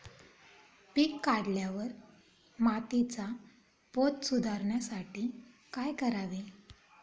पीक काढल्यावर मातीचा पोत सुधारण्यासाठी काय करावे?